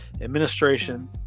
administration